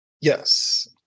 Yes